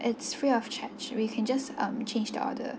it's free of charge we can just um change the order